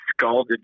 scalded